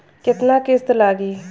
केतना किस्त लागी?